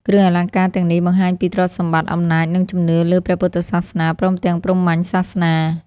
គ្រឿងអលង្ការទាំងនេះ បង្ហាញពីទ្រព្យសម្បត្តិ អំណាច និងជំនឿលើព្រះពុទ្ធសាសនា ព្រមទាំងព្រហ្មញ្ញសាសនា។